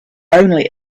only